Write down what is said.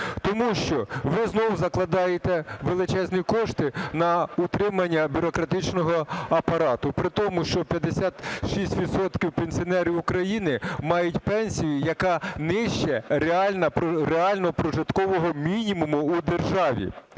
Тому що ви знов закладаєте величезні кошти на утримання бюрократичного апарату, при тому, що 56 відсотків пенсіонерів України мають пенсію, яка нижче реального прожиткового мінімуму в державі.